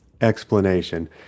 explanation